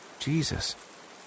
Jesus